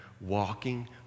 walking